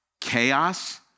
Chaos